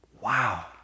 Wow